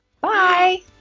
bye